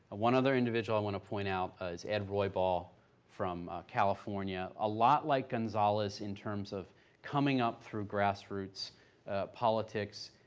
one other individual i want to point out is ed roy ball from california. a lot like gonzales in terms of coming up through grass roots politics.